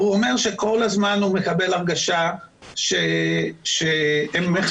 הוא אומר שכל הזמן הוא מקבל הרגשה שהם מחפשים